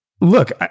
look